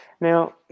Now